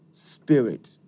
Spirit